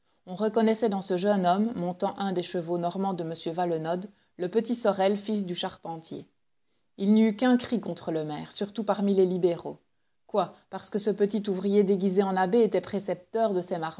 on reconnaissait dans ce jeune homme montant un des chevaux normands de m valenod le petit sorel fils du charpentier il n'y eut qu'un cri contre le maire surtout parmi les libéraux quoi parce que ce petit ouvrier déguisé en abbé était précepteur de